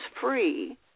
free